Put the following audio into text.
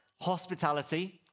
hospitality